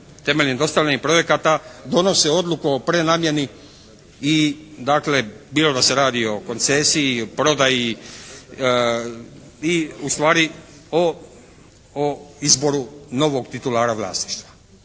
temeljem dostavljenih projekata donose odluku o prenamjeni i dakle bilo da se radi o koncesiji, prodaji i ustvari o izboru novog titulara vlasništva.